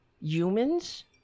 humans